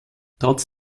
trotz